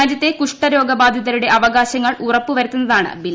രാജ്യത്തെ കുഷ്ഠരോഗബാധിതരുടെ അവകാശങ്ങൾ ഉറപ്പു വരുത്തുന്നതാണ് ബിൽ